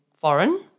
foreign